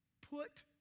put